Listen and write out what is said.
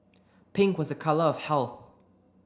pink was a colour of health